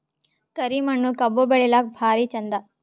ಕರಿ ಮಣ್ಣು ಕಬ್ಬು ಬೆಳಿಲ್ಲಾಕ ಭಾರಿ ಚಂದ?